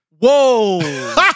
Whoa